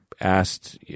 asked